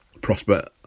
Prosper